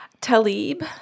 Talib